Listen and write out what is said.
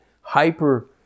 hyper